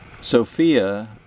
Sophia